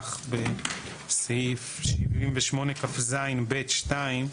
המבוטח בסעיף 78כז(ב)(2),